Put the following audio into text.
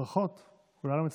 כולנו מצטרפים.